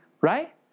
Right